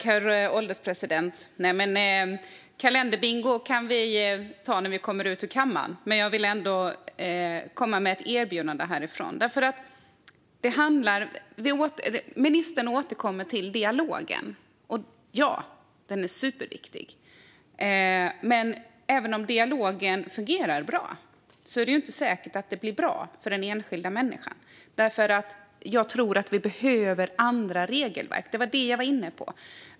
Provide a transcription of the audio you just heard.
Herr ålderspresident! Kalenderbingo kan vi ta när vi kommer ut ur kammaren, men jag ville komma med ett erbjudande härifrån. Ministern återkommer till dialogen. Ja - den är superviktig, men även om dialogen fungerar bra är det inte säkert att det blir bra för den enskilda människan. Jag tror att vi behöver andra regelverk. Det var detta jag var inne på.